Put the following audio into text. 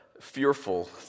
fearful